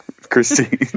Christine